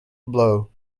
blow